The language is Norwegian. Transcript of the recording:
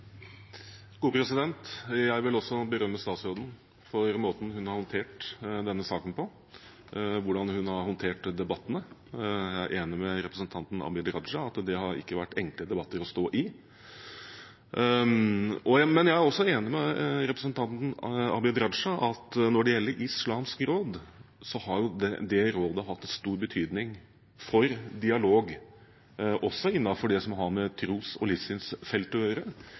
enig med representanten Abid Q. Raja i at det har ikke vært enkle debatter å stå i. Men jeg er også enig med representanten Abid Q. Raja i at når det gjelder Islamsk Råd Norge, har det rådet hatt stor betydning for dialog, også innenfor det som har med tros- og livssynsfeltet å gjøre,